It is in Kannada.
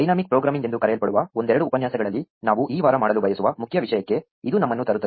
ಡೈನಾಮಿಕ್ ಪ್ರೋಗ್ರಾಮಿಂಗ್ ಎಂದು ಕರೆಯಲ್ಪಡುವ ಒಂದೆರಡು ಉಪನ್ಯಾಸಗಳಲ್ಲಿ ನಾವು ಈ ವಾರ ಮಾಡಲು ಬಯಸುವ ಮುಖ್ಯ ವಿಷಯಕ್ಕೆ ಇದು ನಮ್ಮನ್ನು ತರುತ್ತದೆ